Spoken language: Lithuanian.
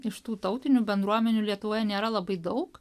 iš tų tautinių bendruomenių lietuvoje nėra labai daug